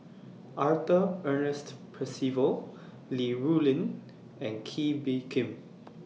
Arthur Ernest Percival Li Rulin and Kee Bee Khim